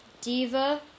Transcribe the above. Diva